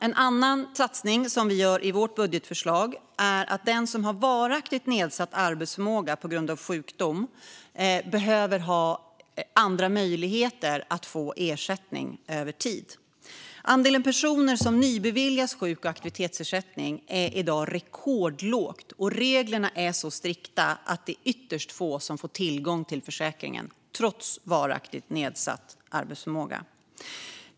En annan satsning som vi gör i vårt budgetförslag rör att den som har varaktigt nedsatt arbetsförmåga på grund av sjukdom behöver ha andra möjligheter att få ersättning över tid. Andelen personer som nybeviljas sjuk och aktivitetsersättning är i dag rekordlåg, och reglerna är så strikta att det är ytterst få som får tillgång till försäkringen trots varaktigt nedsatt arbetsförmåga.